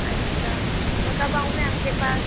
अच्छा तो कब आऊं मैं आपके पास